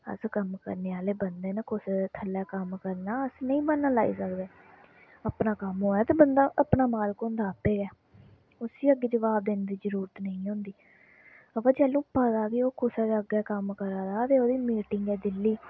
अस कम्म करने आह्ले बंदे न कुसै दे थल्ले कम्म करना अस नेईं ब्हान्ना लाई सकदे अपना कम्म होऐ तां बंदा अपना मालक होंदा आपे गै उसी अग्गें जबाब देने दी जरूरत नेईं होंदी ऐ अवा जैल्लु पता बी ओह् कुसै दे अग्गै कम्म करा दा ते ओह्दी मीटिंग ऐ दिल्ली